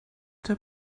der